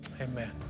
Amen